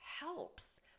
helps